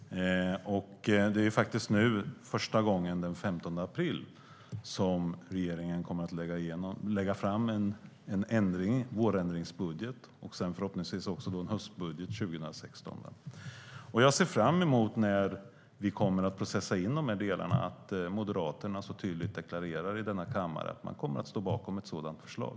Det är första gången nu den 15 april som regeringen kommer att lägga fram en vårändringsbudget och sedan förhoppningsvis också en höstbudget för 2016. Jag ser fram emot, när vi kommer att processa igenom de här delarna, Moderaternas ställningstagande då när man så tydligt i denna kammare deklarerar att man kommer att stå bakom ett sådant förslag.